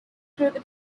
cricket